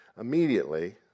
immediately